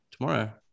tomorrow